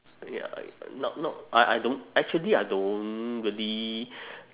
ya not not I I don't actually I don't really